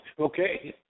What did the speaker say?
Okay